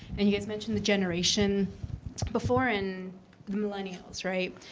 and you guys mentioned the generation before and the millennials, right?